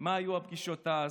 מה היו הפגישות אז,